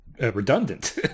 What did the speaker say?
redundant